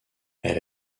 elle